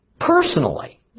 personally